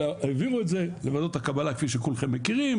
אלא העבירו את זה לוועדות הקבלה כפי שכולכם מכירים,